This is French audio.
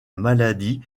maladie